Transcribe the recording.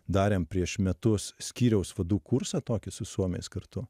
darėm prieš metus skyriaus vadų kursą tokį su suomiais kartu